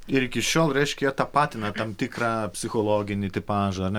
ir iki šiol reiškia tapatina tam tikrą psichologinį tipažą ar ne